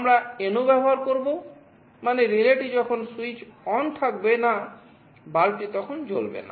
আমরা NO ব্যবহার করব মানে রিলেটি যখন স্যুইচ অন থাকবে না বাল্বটি তখন জ্বলবে না